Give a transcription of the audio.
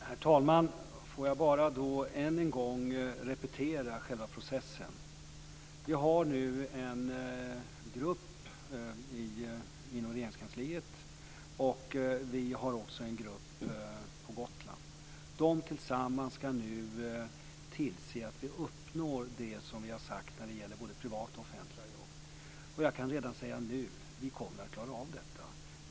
Herr talman! Jag vill bara än en gång repetera själva processen. Vi har nu en grupp inom Regeringskansliet, och vi har också en grupp på Gotland. De ska nu tillsammans tillse att vi uppnår det som vi har sagt när det gäller både privata och offentliga jobb. Jag kan redan nu säga att vi kommer att klara av detta.